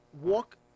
walk